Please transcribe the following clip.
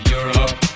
Europe